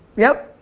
yep.